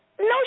no